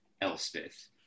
Elspeth